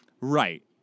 Right